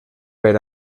per